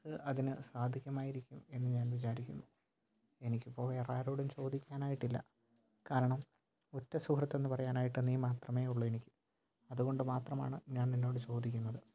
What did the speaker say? നിനക്ക് അതിന് സാധിക്കുമായിരിക്കും എന്ന് ഞാൻ വിചാരിക്കുന്നു എനിക്കിപ്പോൾ വേറെ ആരോടും ചോദിക്കാനായിട്ടില്ല കാരണം ഉറ്റസുഹൃത്തെന്ന് പറയാനായിട്ട് നീ മാത്രമേ ഉള്ളൂ എനിക്ക് അതുകൊണ്ട് മാത്രമാണ് ഞാൻ നിന്നോട് ചോദിക്കുന്നത്